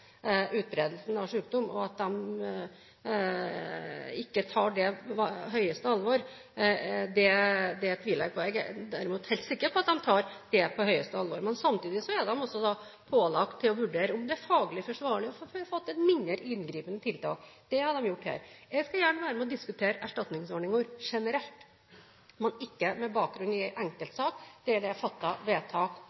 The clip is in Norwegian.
utbredelsen av sykdom. At de ikke tar det på største alvor, tviler jeg på. Jeg er derimot helt sikker på at de tar det på største alvor. Samtidig er de også pålagt å vurdere om det er faglig forsvarlig med et mindre inngripende tiltak. Det har de gjort her. Jeg skal gjerne være med og diskutere erstatningsordninger generelt, men ikke med bakgrunn i